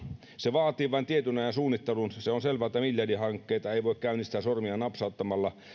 se vaatii vain tietyn ajan suunnittelun se se on selvä että miljardihankkeita ei voi käynnistää sormia napsauttamalla